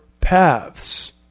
paths